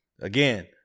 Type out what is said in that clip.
Again